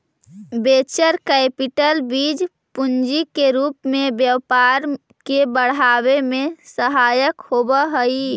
venture capital बीज पूंजी के रूप में व्यापार के बढ़ावे में सहायक होवऽ हई